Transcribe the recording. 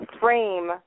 frame